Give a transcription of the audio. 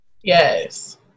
yes